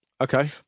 Okay